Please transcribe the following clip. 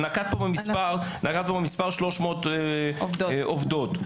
נקבתם במספר 300 עובדות,